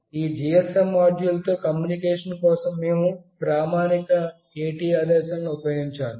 ఈ GSM మాడ్యూల్తో communication కోసం మేము ప్రామాణిక AT ఆదేశాలను ఉపయోగించాలి